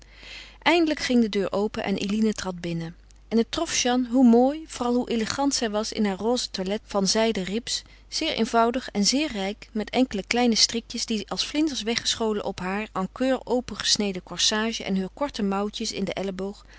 eindelijk ging de deur open en eline trad binnen en het trof jeanne hoe mooi vooral hoe elegant zij was in haar roze toilet van zijden rips zeer eenvoudig en zeer rijk met enkele kleine strikjes die als vlinders wegscholen op haar en coeur opengesneden corsage en heur korte mouwtjes in den elleboog